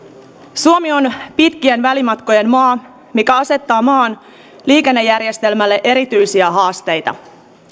suomi on pitkien välimatkojen maa mikä asettaa maan liikennejärjestelmälle erityisiä haasteita